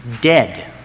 dead